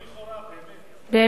לא לכאורה, אנחנו באמת.